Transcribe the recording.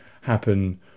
happen